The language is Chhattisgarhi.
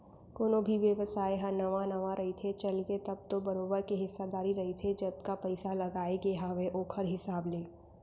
कोनो भी बेवसाय ह नवा नवा रहिथे, चलगे तब तो बरोबर के हिस्सादारी रहिथे जतका पइसा लगाय गे हावय ओखर हिसाब ले